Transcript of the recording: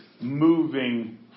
moving